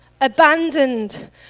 abandoned